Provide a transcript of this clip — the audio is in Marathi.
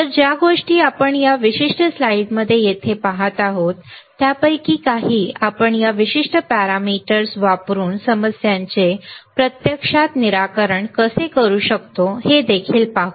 तर ज्या गोष्टी आपण या विशिष्ट स्लाइडमध्ये येथे पहात आहोत त्यापैकी काही आपण या विशिष्ट पॅरामीटर्स वापरून समस्यांचे प्रत्यक्षात निराकरण कसे करू शकतो हे देखील पाहू